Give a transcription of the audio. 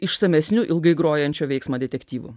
išsamesniu ilgai grojančio veiksmo detektyvu